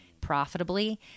profitably